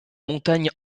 montagne